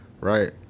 right